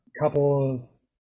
couples